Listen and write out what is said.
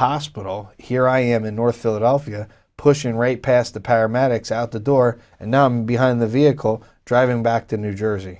hospital here i am in north philadelphia pushing right past the paramedics out the door and behind the vehicle driving back to new jersey